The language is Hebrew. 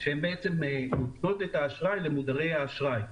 שהן נותנות את האשראי למודרי האשראי.